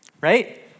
right